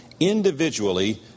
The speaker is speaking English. individually